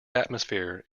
atmosphere